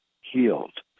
healed